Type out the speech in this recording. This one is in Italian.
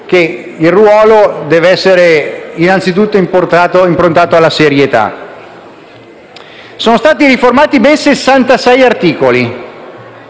che il ruolo deve essere improntato innanzitutto alla serietà. Sono stati riformati ben 66 articoli: